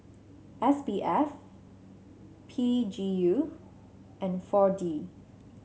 S B F P G U and four D